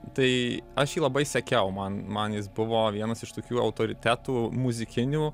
tai aš jį labai sekiau man man jis buvo vienas iš tokių autoritetų muzikinių